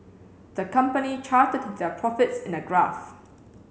the company charted their profits in a graph